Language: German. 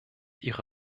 ihre